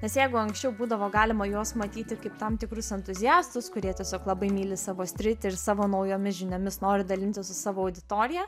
nes jeigu anksčiau būdavo galima juos matyti kaip tam tikrus entuziastus kurie tiesiog labai myli savo sritį ir savo naujomis žiniomis nori dalintis su savo auditorija